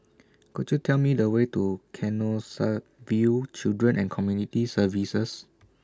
Could YOU Tell Me The Way to Canossaville Children and Community Services